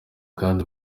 kandi